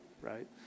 right